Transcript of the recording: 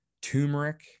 turmeric